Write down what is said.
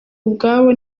ubwabo